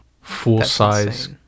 Full-size